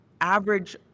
average